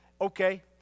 Okay